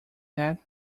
that